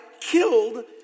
killed